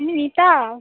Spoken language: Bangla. আমি রীতা